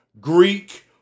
Greek